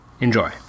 enjoy